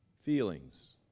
feelings